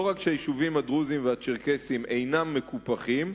לא רק שהיישובים הדרוזיים והצ'רקסיים אינם מקופחים,